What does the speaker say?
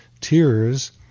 tears